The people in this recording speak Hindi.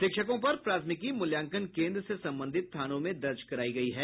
शिक्षकों पर प्राथमिकी मूल्यांकन केन्द्र से संबंधित थानों में दर्ज करायी गयी है